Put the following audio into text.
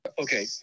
Okay